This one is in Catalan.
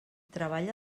treballa